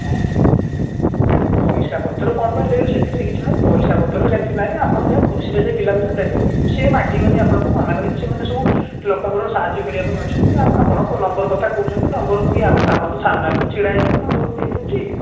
ନା ନାଇ ନାଇ ପଇସାପତ୍ର କଣପାଇଁ ଦେବେ ସେଥିରେ କିଛି ନାହିଁ ପଇସାପତ୍ର ସେମିତି ନାହିଁ ଆପଣ ଯାହା ଖୁସିରେ ସେ ପିଲାଙ୍କୁ ଯାହା ଦେବେ କିନ୍ତୁ ସେ ମାଗିବନି ଆପଣଙ୍କୁ ମନା କରିମି ସେମାନେ ସବୁ ଲୋକଙ୍କର ସାହାଯ୍ୟ କରିବାପାଇଁ ଅଛନ୍ତି ଆଉ ଆପଣଙ୍କ ନମ୍ବର କଥା କହୁଛନ୍ତି ନମ୍ବର ମୁଁ ଏଇ ଆପଣ ତ ସାମ୍ନାରେ ତ ଛିଡ଼ା ହେଇଛନ୍ତି ନମ୍ବର ମୁଁ ଦେଇଦଉଛି